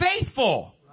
faithful